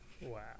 Wow